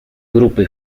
grupy